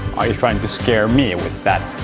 are you trying to scare me with that?